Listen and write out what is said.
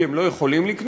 כי הם לא יכולים לקנות,